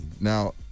Now